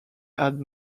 had